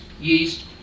yeast